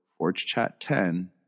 FORGECHAT10